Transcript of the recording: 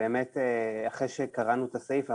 אחרי שקראנו את הסעיף,